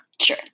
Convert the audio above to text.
Sure